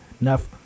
enough